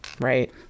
Right